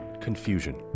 confusion